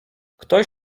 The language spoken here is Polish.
ktoś